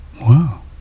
Wow